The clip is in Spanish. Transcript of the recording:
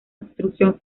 obstrucción